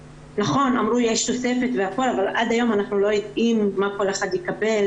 נכון שאמרו שיש תוספת אבל עד היום אנחנו לא יודעים מה כל אחד יקבל.